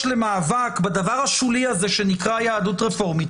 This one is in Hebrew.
למאבק בדבר השולי הזה שנקרא היהדות הרפורמית,